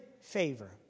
favor